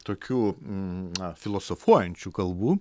tokių na filosofuojančių kalbų